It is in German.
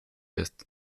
ist